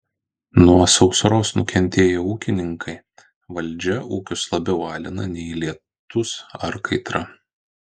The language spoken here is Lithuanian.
nuo sausros nukentėję ūkininkai valdžia ūkius labiau alina nei lietūs ar kaitra